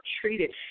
treated